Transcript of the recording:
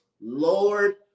Lord